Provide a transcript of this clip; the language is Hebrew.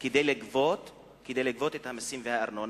כדי לגבות את המסים והארנונה?